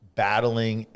battling